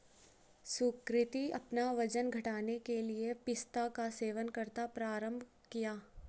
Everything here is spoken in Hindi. सुकृति अपना वजन घटाने के लिए पिस्ता का सेवन करना प्रारंभ किया